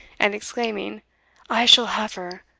and exclaiming i shall have her!